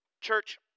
Church